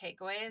Takeaways